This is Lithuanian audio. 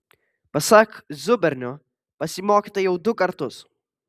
pasak zubernio pasimokyta jau du kartus